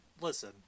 listen